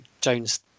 Jones